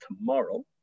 tomorrow